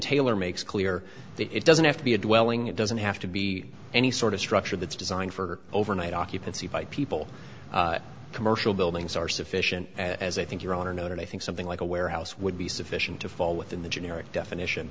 taylor makes clear that it doesn't have to be a dwelling it doesn't have to be any sort of structure that's designed for overnight occupancy by people commercial buildings are sufficient as i think your honor noted i think something like a warehouse would be sufficient to fall within the generic definition